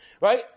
right